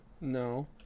No